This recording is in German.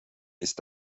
ist